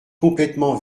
complètement